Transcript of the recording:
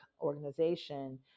organization